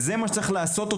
זהו הדבר שצריך לעשות,